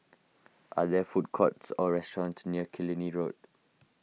are there food courts or restaurants near Killiney Road